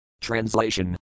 Translation